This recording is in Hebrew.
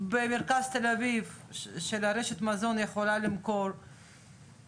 במרכז תל אביב של רשת המזון יכול למכור ומה